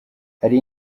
hari